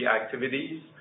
activities